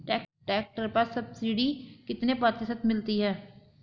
Tractor पर subsidy कितने प्रतिशत मिलती है?